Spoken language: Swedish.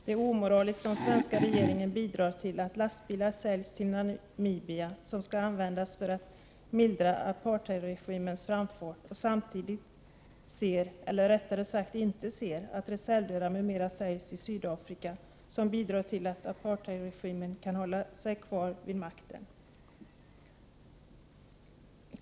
Det är omoraliskt om den svenska regeringen bidrar till att lastbilar som skall användas för att mildra apartheidregimens framfart säljs till Namibia, samtidigt som regeringen ser — eller rättare sagt inte ser — att reservdelar m.m. som bidrar till att apartheidregimen kan hålla sig kvar vid makten säljs till Sydafrika.